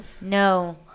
No